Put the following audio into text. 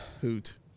Hoot